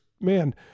man